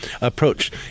approach